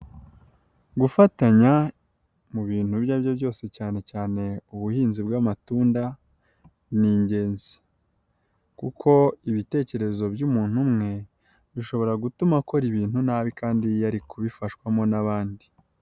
Gufatanya mu bintu ibyo ari byo byose cyane cyane ubuhinzi bw'amatunda. Ni ingenzi kuko ibitekerezo by'umuntu umwe bishobora gutuma akora ibintu nabi kandi yari kubifashwamo n'abandi.